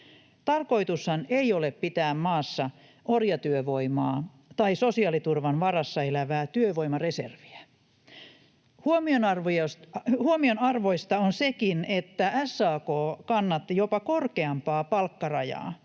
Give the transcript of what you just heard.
Tarkoitushan ei ole pitää maassa orjatyövoimaa tai sosiaaliturvan varassa elävää työvoimareserviä. Huomionarvoista on sekin, että SAK kannatti jopa korkeampaa palkkarajaa,